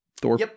Thor